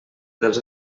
dels